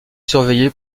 surveillée